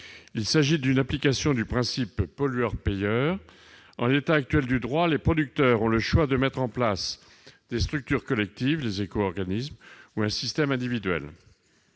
Il s'agit d'une application du principe pollueur-payeur. En l'état actuel du droit, les producteurs ont le choix de mettre en place des structures collectives, les éco-organismes, ou un système individuel.